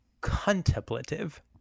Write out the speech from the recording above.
contemplative